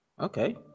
okay